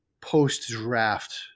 post-draft